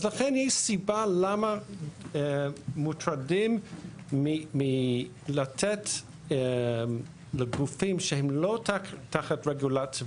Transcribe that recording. ולכן יש סיבה למה מוטרדים מלתת לגופים שהם לא תחת רגולציה